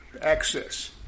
access